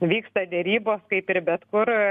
vyksta derybos kaip ir bet kur